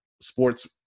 sports